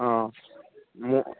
অঁ মোক